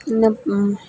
ಇನ್ನು